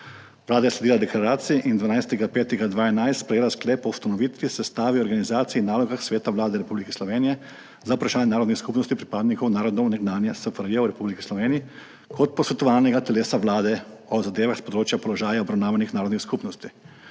Vlada je sledila deklaraciji in 12. 5. 2011 sprejela Sklep o ustanovitvi, sestavi organizaciji in nalogah Sveta Vlade Republike Slovenije za vprašanja narodnih skupnosti pripadnikov narodov nekdanje SFRJ v Republiki Sloveniji kot posvetovalnega telesa Vlade o zadevah s področja položaja obravnavanih narodnih skupnosti.